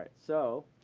so